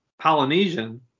polynesian